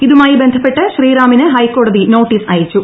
ഇതുമായി ബന്ധപ്പെട്ട് ശ്രീറാമിന് ഹൈക്കോടതി നോട്ടീസ് അയച്ചു